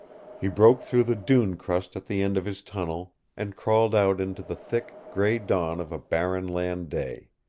he broke through the dune-crust at the end of his tunnel and crawled out into the thick, gray dawn of a barren-land day.